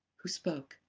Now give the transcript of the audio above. who spoke?